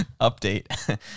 update